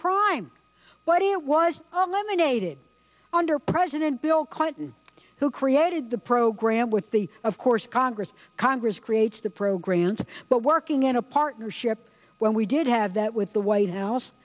crime but it was all emanated under president bill clinton who created the program with the of course congress congress creates the programs but working in a partnership when we did have that with the white house